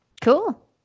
cool